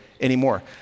anymore